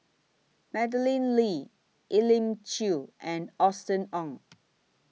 Madeleine Lee Elim Chew and Austen Ong